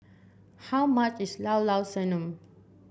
how much is Llao Llao Sanum